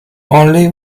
only